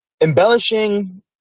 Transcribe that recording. embellishing